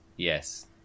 Yes